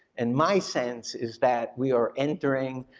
and my sense is that we are entering